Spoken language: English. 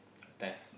test